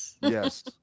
Yes